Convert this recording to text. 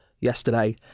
yesterday